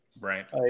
Right